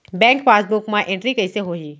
Bank passbook मा entry कइसे होही?